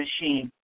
machine